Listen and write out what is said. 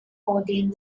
coating